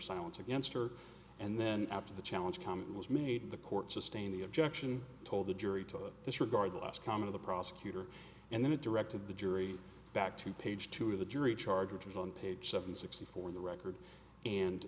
silence against her and then after the challenge comment was made the court sustain the objection told the jury to disregard the last coming of the prosecutor and then it directed the jury back to page two of the jury charge which is on page seven sixty four in the record and